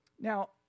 Now